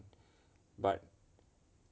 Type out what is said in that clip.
but